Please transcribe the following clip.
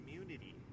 community